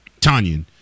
Tanyan